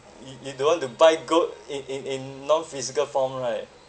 you you don't want to buy gold in in in non-physical form right